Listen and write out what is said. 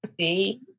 See